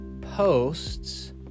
posts